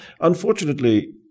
unfortunately